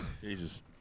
Jesus